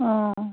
অঁ